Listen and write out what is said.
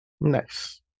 Nice